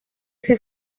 efe